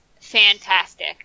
fantastic